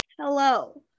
Hello